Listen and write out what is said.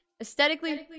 Aesthetically